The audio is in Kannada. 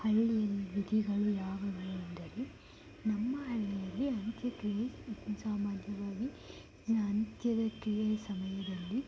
ಹಳ್ಳಿಯ ವಿಧಿಗಳು ಯಾವುವೆಂದರೆ ನಮ್ಮ ಹಳ್ಳಿಯಲ್ಲಿ ಅಂತ್ಯಕ್ರಿಯೆ ಸಾಮಾನ್ಯವಾಗಿ ಅಂತ್ಯದ ಕ್ರಿಯೆಯ ಸಮಯದಲ್ಲಿ